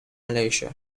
malaysia